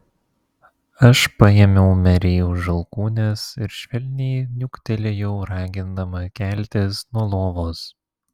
aš paėmiau merei už alkūnės ir švelniai niuktelėjau ragindama keltis nuo lovos